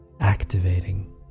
activating